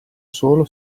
solo